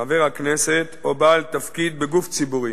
חבר הכנסת או בעל תפקיד בגוף ציבורי".